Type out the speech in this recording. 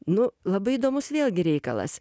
nu labai įdomus vėlgi reikalas